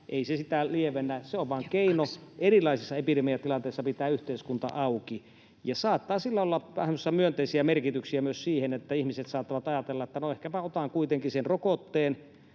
ei se sitä lievennä. Se on vain keino erilaisissa epidemiatilanteissa pitää yhteiskunta auki, ja saattaa sillä olla vähän semmoisia myönteisiä merkityksiä myös siihen, että ihmiset saattavat ajatella, että no, ehkäpä otan kuitenkin sen rokotteen,